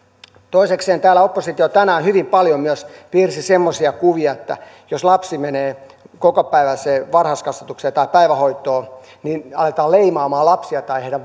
toisekseen täällä oppositio tänään hyvin paljon myös piirsi semmoisia kuvia että jos lapsi menee kokopäiväiseen varhaiskasvatukseen tai päivähoitoon niin aletaan leimaamaan lapsia tai heidän